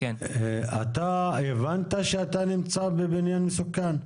אתה הבנת שאתה נמצא בבניין מסוכן?